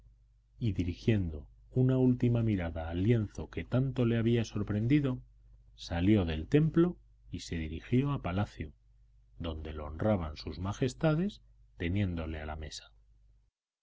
y dirigiendo una última mirada al lienzo que tanto le había sorprendido salió del templo y se dirigió a palacio donde lo honraban sus majestades teniéndole a la mesa